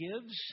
gives